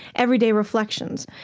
everyday reflections.